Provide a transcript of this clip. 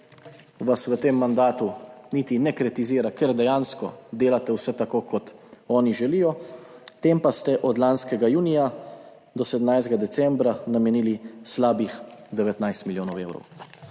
vas v tem mandatu niti ne kritizira, ker dejansko delate vse tako kot oni želijo, tem pa ste od lanskega junija do 17. decembra namenili slabih 19 milijonov evrov